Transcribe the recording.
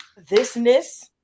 thisness